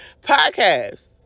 podcast